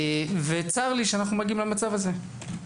צר לי שאנו מגיעים למצב הזה.